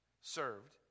served